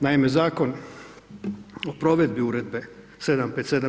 Naime, Zakon o provedbi Uredbe 757.